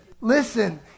listen